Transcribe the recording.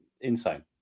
Insane